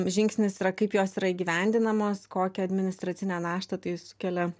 žingsnis yra kaip jos yra įgyvendinamos kokią administracinę naštą tai sukelia